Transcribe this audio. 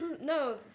No